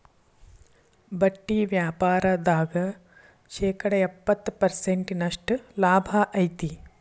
ಬಟ್ಟಿ ವ್ಯಾಪಾರ್ದಾಗ ಶೇಕಡ ಎಪ್ಪ್ತತ ಪರ್ಸೆಂಟಿನಷ್ಟ ಲಾಭಾ ಐತಿ